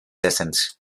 essence